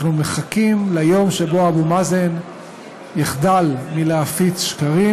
אנחנו מחכים ליום שבו אבו מאזן יחדל מלהפיץ שקרים